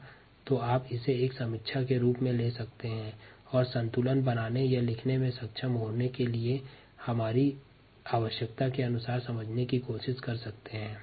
अतः संतुलन को एक समीक्षा के रूप में ले सकते हैं और संतुलन बनाने या लिखने में सक्षम होने के अनुसार समझने की कोशिश कर सकते हैं